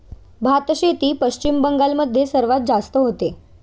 भातशेती पश्चिम बंगाल मध्ये सर्वात जास्त होते